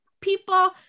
people